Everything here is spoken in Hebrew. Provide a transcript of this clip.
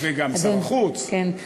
וגם שר החוץ וגם שר הכלכלה.